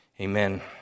Amen